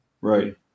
right